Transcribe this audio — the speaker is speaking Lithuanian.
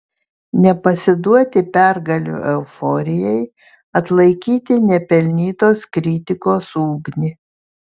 nepasiduoti pergalių euforijai atlaikyti nepelnytos kritikos ugnį